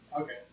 Okay